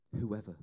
Whoever